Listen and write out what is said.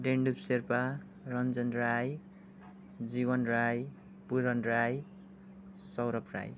Dendup Sherpa Ranjan Rai Jeevan Rai Puran Rai Saurabh Rai